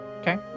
okay